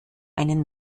einen